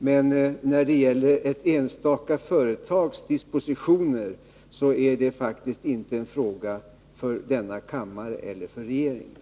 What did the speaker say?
Men ett enstaka företags dispositioner är faktiskt inte en fråga för denna kammare eller för regeringen.